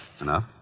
Enough